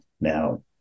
now